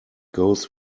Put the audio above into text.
goes